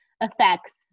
affects